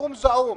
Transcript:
סכום זעום,